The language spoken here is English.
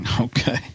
Okay